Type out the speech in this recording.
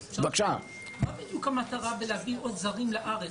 מה בדיוק המטרה להביא עוד זרים לארץ?